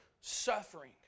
suffering